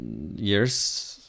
years